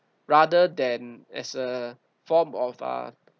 rather than as a form of uh